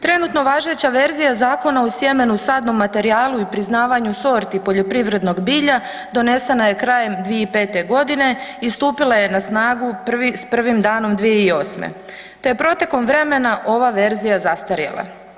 Trenutno važeća verzija Zakona i sjemenu, sadnom materijalu i priznavanju sorti poljoprivrednog bilja donesena je krajem 2005. godine i stupila je na snagu s prvim danom 2008. te je protekom vremena ova verzija zastarjela.